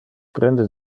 prende